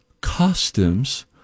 costumes